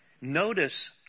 Notice